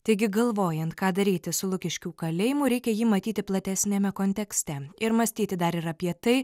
taigi galvojant ką daryti su lukiškių kalėjimu reikia jį matyti platesniame kontekste ir mąstyti dar ir apie tai